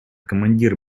командир